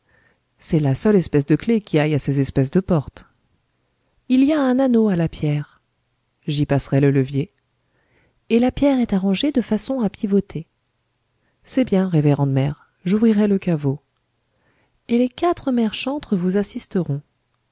c'est la seule espèce de clef qui aille à ces espèces de portes il y a un anneau à la pierre j'y passerai le levier et la pierre est arrangée de façon à pivoter c'est bien révérende mère j'ouvrirai le caveau et les quatre mères chantres vous assisteront